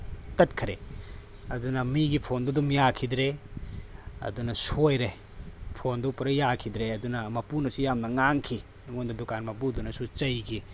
ꯇꯠꯈ꯭ꯔꯦ ꯑꯗꯨꯅ ꯃꯤꯒꯤ ꯐꯣꯟꯗꯣ ꯑꯗꯨꯝ ꯌꯥꯈꯤꯗ꯭ꯔꯦ ꯑꯗꯨꯅ ꯁꯣꯏꯔꯦ ꯐꯣꯟꯗꯣ ꯄꯨꯔꯥ ꯌꯥꯈꯤꯗ꯭ꯔꯦ ꯑꯗꯨꯅ ꯃꯄꯨꯅꯁꯨ ꯌꯥꯝꯅ ꯉꯥꯡꯈꯤ ꯑꯩꯉꯣꯟꯗ ꯗꯨꯀꯥꯟ ꯃꯄꯨꯗꯨꯅꯁꯨ ꯆꯩꯈꯤ